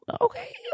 okay